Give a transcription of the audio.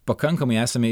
pakankamai esame